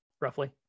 roughly